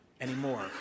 anymore